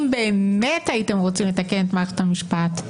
אם באמת הייתם רוצים לתקן את מערכת המשפט,